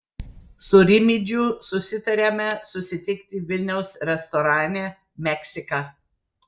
su rimydžiu susitariame susitikti vilniaus restorane meksika